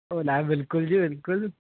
ਓ ਲੈ ਬਿਲਕੁਲ ਜੀ ਬਿਲਕੁਲ